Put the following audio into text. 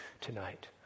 tonight